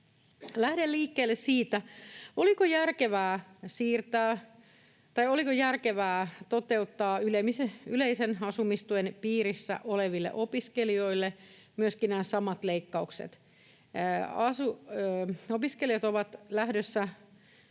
Lähden liikkeelle siitä, oliko järkevää toteuttaa yleisen asumistuen piirissä oleville opiskelijoille nämä samat leikkaukset. Opiskelijat ovat lähdössä